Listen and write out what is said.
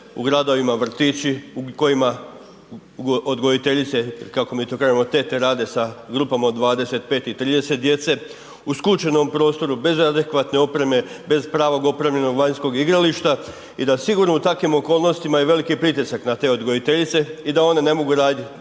u gradovima vrtići u kojima odgojiteljice, kako mi to kažemo tete, rade sa grupama od 25 i 30 djece u skučenom prostoru, bez adekvatne opreme, bez pravog opremljenog vanjskog igrališta i da sigurno u takvim okolnostima je i veliki pritisak na te odgojiteljice i da one ne mogu raditi